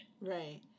right